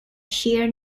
sheer